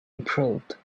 improved